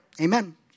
amen